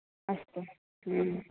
अस्तु आम्